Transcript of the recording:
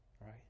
right